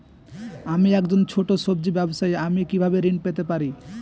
আমি একজন ছোট সব্জি ব্যবসায়ী আমি কিভাবে ঋণ পেতে পারি?